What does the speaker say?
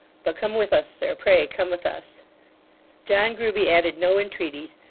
but come with us, sir pray come with us john grueby added no entreaties,